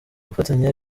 gufatanya